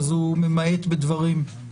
אז הוא ממעט בדברים.